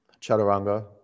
Chaturanga